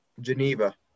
Geneva